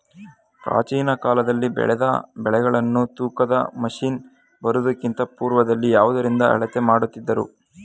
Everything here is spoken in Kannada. ಪ್ರಾಚೀನ ಕಾಲದಲ್ಲಿ ಬೆಳೆದ ಬೆಳೆಗಳನ್ನು ತೂಕದ ಮಷಿನ್ ಬರುವುದಕ್ಕಿಂತ ಪೂರ್ವದಲ್ಲಿ ಯಾವುದರಿಂದ ಅಳತೆ ಮಾಡುತ್ತಿದ್ದರು?